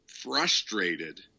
frustrated